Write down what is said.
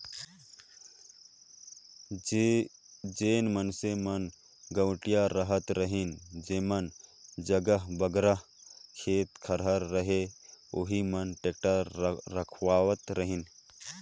जेन मइनसे मन गवटिया रहत रहिन जेमन जग बगरा खेत खाएर रहें ओही मन टेक्टर राखत रहिन